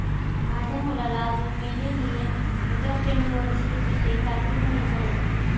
माझ्या मुलाला अजून मिलेनियल एंटरप्रेन्युअरशिप विषयी काहीही माहित नाही